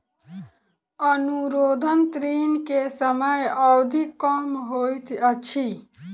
अनुरोध ऋण के समय अवधि कम होइत अछि